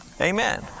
Amen